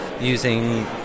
using